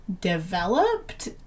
developed